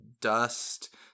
dust